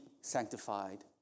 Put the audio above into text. sanctified